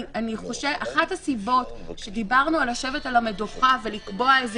אחת הסיבות שדיברנו על לשבת על המדוכה ולקבוע איזה